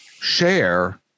share